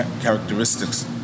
characteristics